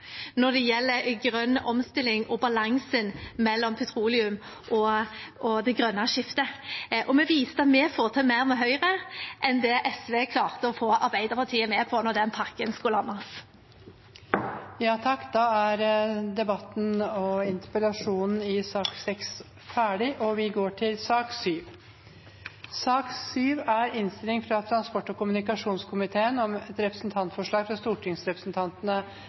når det gjelder grønn omstilling og balansen mellom petroleum og det grønne skiftet. Vi viste at vi får til mer med Høyre enn det SV klarte å få Arbeiderpartiet med på da den pakken skulle landes. Da er debatten i sak nr. 6 ferdig. Etter ønske fra transport- og kommunikasjonskomiteen vil presidenten ordne debatten slik: 3 minutter til hver partigruppe og